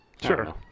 Sure